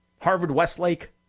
Harvard-Westlake